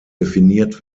definiert